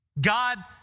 God